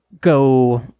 go